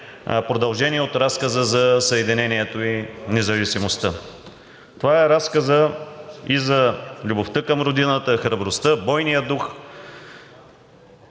продължение е разказът за Съединението и Независимостта. Това е разказът и за любовта към Родината, храбростта, бойния дух,